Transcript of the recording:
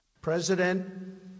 President